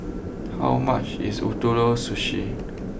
how much is Ootoro Sushi